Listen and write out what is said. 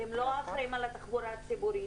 אתם לא אחראים על התחבורה הציבורית,